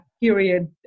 period